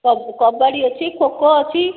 କବାଡ଼ି ଅଛି ଖୋ ଖୋ ଅଛି